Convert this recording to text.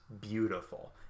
beautiful